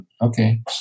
Okay